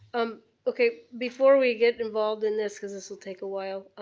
um okay, before we get involved in this, because this will take awhile,